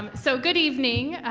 um so good evening,